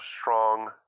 strong